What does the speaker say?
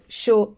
show